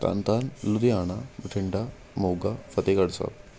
Tarn Taran Ludhiana Bathinda Moga Fatehgarh Sahib